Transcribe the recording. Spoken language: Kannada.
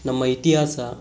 ನಮ್ಮ ಇತಿಹಾಸ